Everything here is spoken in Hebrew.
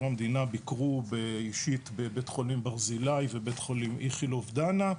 המדינה ביקרו אישית בבית חולים ברזילאי ובבית חולים איכילוב דנה,